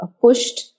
pushed